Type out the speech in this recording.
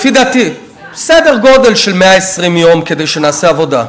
לפי דעתי, סדר גודל של 120 יום כדי שנעשה עבודה.